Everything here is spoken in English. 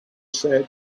said